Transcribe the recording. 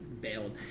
bailed